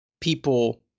people